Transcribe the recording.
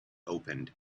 opened